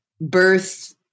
birth